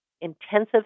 intensive